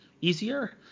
easier